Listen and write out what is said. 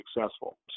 successful